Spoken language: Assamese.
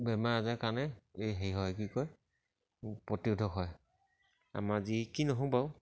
বেমাৰ আজাৰ কাৰণে এই হেৰি হয় কি কয় প্ৰতিৰোধক হয় আমাৰ যি কি নহওক বাৰু